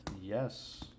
Yes